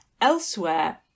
Elsewhere